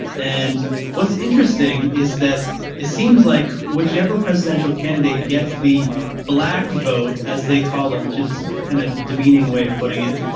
and what's interesting is that it seems like whichever presidential candidate gets the black vote, vote, as they call it, which is kind of demeaning way of putting it.